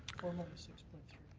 six point three.